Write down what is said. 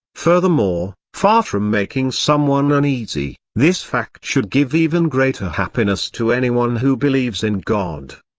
furthermore, far from making someone uneasy, this fact should give even greater happiness to anyone who believes in god.